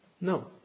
No